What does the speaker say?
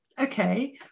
Okay